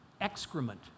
excrement